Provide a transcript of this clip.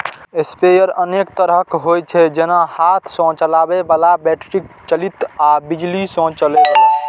sprayer अनेक तरहक होइ छै, जेना हाथ सं चलबै बला, बैटरी चालित आ बिजली सं चलै बला